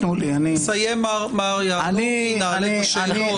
יסיים מר יהלומי, נעלה פה שאלות.